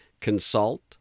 Consult